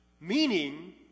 Meaning